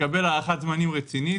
לקבל הערכת זמנים רצינית.